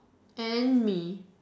and then me